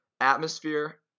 atmosphere